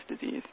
disease